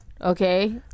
Okay